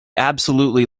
absolutely